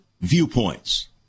viewpoints